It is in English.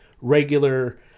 regular